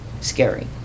scary